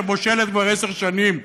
שמושלת כבר עשר שנים,